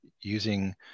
using